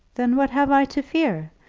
then what have i to fear?